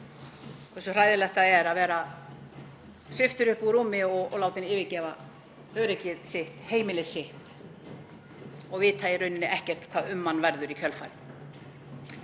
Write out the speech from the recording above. hversu hræðilegt það er að vera sviptur upp úr rúmi og þurfa að yfirgefa öryggi sitt, heimili sitt og vita í rauninni ekkert hvað um mann verður í kjölfarið.